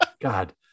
God